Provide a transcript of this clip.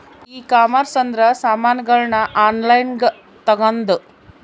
ಈ ಕಾಮರ್ಸ್ ಅಂದ್ರ ಸಾಮಾನಗಳ್ನ ಆನ್ಲೈನ್ ಗ ತಗೊಂದು